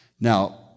Now